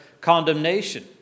condemnation